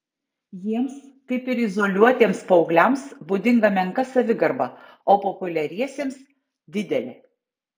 jiems kaip ir izoliuotiems paaugliams būdinga menka savigarba o populiariesiems didelė